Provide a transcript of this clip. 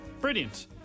Brilliant